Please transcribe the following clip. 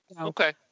Okay